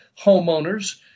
homeowners